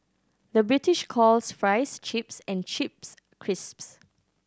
the British calls fries chips and chips crisps